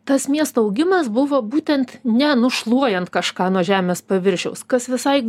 tas miesto augimas buvo būtent ne nušluojant kažką nuo žemės paviršiaus kas visai